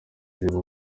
ziba